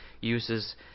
uses